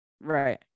Right